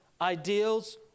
ideals